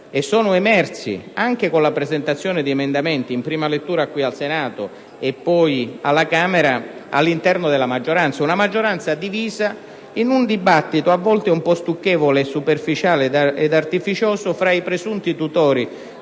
sono emersi, anche con la presentazione di emendamenti in prima lettura al Senato e poi alla Camera, all'interno della maggioranza. Ci troviamo di fronte ad una maggioranza divisa in un dibattito un po' stucchevole, superficiale e artificioso fra i presunti tutori